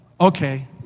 okay